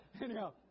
anyhow